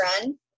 run